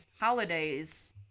holidays